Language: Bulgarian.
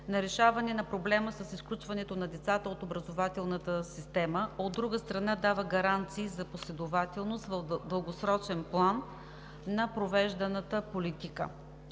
на решаването на проблема с изключването на децата от образователната система, а от друга страна, дава гаранции за последователност в дългосрочен план на провежданата политика.